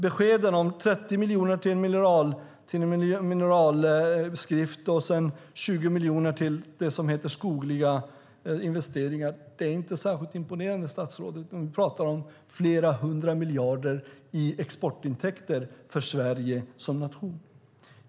Beskeden om 30 miljoner till en mineralskrift och 20 miljoner till det som heter skogliga investeringar är inte särskilt imponerande. Vi pratar om flera hundra miljarder i exportintäkter för Sverige som nation.